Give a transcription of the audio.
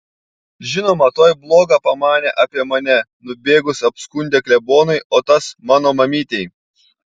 žinoma tuoj bloga pamanė apie mane nubėgus apskundė klebonui o tas mano mamytei